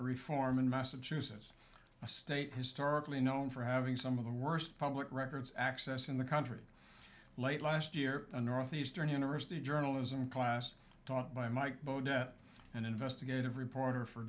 reform in massachusetts a state historically known for having some of the worst public records access in the country late last year the northeastern university journalism class taught by mike boda an investigative reporter for